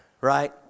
right